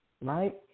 right